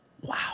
Wow